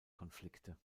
konflikte